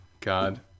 God